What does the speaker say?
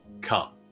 come